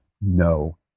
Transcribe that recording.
no